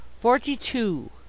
Forty-two